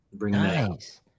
Nice